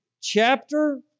chapter